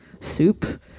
soup